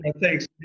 thanks